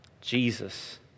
Jesus